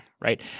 right